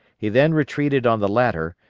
he then retreated on the latter,